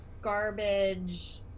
garbage